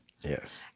yes